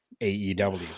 AEW